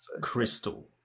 crystal